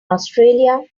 australia